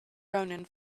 rounin